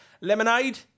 Lemonade